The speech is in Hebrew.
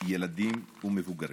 ילדים ומבוגרים.